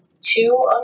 two